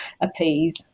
appease